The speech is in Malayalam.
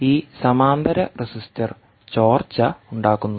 ഈ സമാന്തര റെസിസ്റ്റർ ചോർച്ച ഉണ്ടാക്കുന്നു